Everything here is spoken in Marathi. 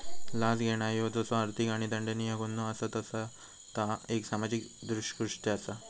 लाच घेणा ह्यो जसो आर्थिक आणि दंडनीय गुन्हो असा तसा ता एक सामाजिक दृष्कृत्य असा